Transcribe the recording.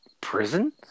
prison